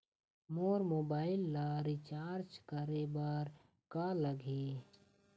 मोर mobile ला रिचार्ज करे बर का लगही?